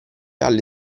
alle